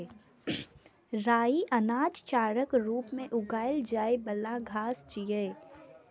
राइ अनाज, चाराक रूप मे उगाएल जाइ बला घास छियै